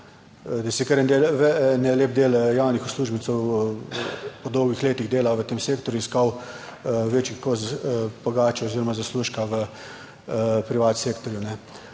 da si kar en lep del javnih uslužbencev po dolgih letih dela v tem sektorju iskal večji kos pogače oziroma zaslužka v privat sektorju.